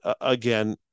again